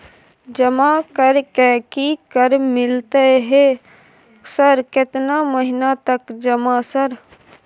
जमा कर के की कर मिलते है सर केतना महीना तक जमा सर?